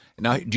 Now